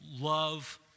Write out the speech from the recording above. love